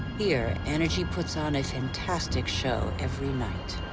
here, energy puts on a fantastic show every night.